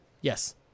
Yes